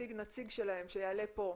להשיג נציג שלהם שיעלה פה,